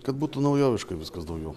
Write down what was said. kad būtų naujoviškai viskas daugiau